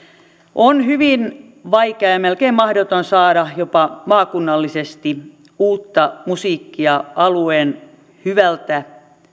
on hyvin vaikea ja melkein mahdoton saada jopa maakunnallisesti uutta musiikkia alueen hyvältä